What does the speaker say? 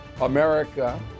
America